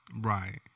Right